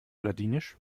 ladinisch